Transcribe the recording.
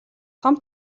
том